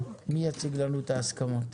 מי יציג לנו את ההסכמות?